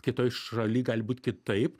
kitoj šaly gali būt kitaip